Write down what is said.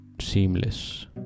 seamless